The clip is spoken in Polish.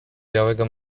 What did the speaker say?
białego